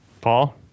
Paul